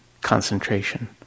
concentration